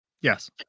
Yes